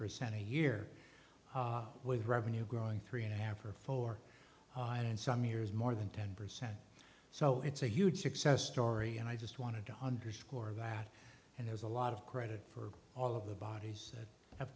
percent a year with revenue growing three and a half or four in some years more than ten percent so it's a huge success story and i just wanted to underscore that and there's a lot of credit for all of the bodies that